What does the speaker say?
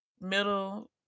middle